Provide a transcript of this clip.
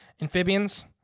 Amphibians